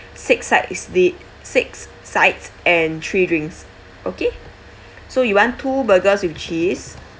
six sides is the six sides and three drinks okay so you want two burgers with cheese